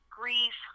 grief